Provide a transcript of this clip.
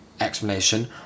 explanation